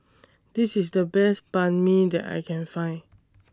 This IS The Best Banh MI that I Can Find